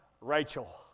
Rachel